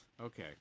Okay